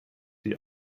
die